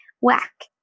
whack